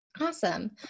Awesome